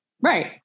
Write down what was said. Right